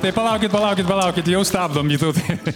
tai palaukit palaukit palaukit jau stabdom vytautai